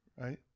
Right